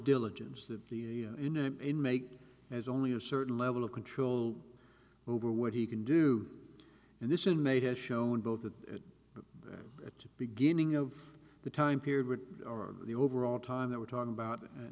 diligence that the inane make as only a certain level of control over what he can do and this inmate has shown both that at the beginning of the time period or the overall time that we're talking about